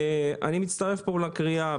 אני מצטרף פה לקריאה,